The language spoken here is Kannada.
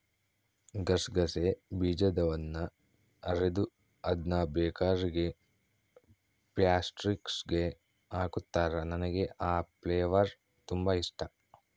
ಗಸಗಸೆ ಬೀಜದವನ್ನ ಅರೆದು ಅದ್ನ ಬೇಕರಿಗ ಪ್ಯಾಸ್ಟ್ರಿಸ್ಗೆ ಹಾಕುತ್ತಾರ, ನನಗೆ ಆ ಫ್ಲೇವರ್ ತುಂಬಾ ಇಷ್ಟಾ